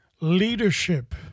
Leadership